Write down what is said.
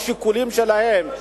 משיקולים שלהם,